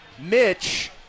Mitch